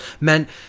meant